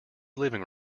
living